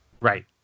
Right